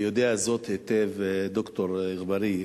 יודע זאת היטב ד"ר אגבאריה,